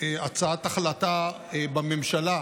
הצעת החלטה בממשלה,